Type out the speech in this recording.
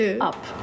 Up